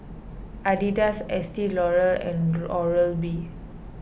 Adidas Estee Lauder and Oral B